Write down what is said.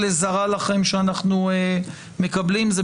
רק את החוק הזה?